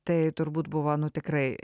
tai turbūt buvo nu tikrai